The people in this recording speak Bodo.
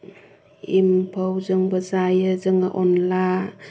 एम्फौजोंबो जायो जोङो अनला